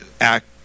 act